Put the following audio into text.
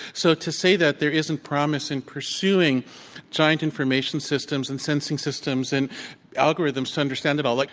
so, to say that there isn't promise in pursuing science information systems and sensing systems, and algorithms to understand it all, like